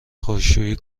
خشکشویی